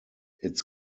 its